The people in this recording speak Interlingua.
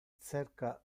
cerca